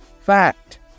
fact